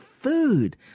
food